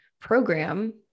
program